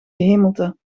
gehemelte